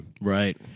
right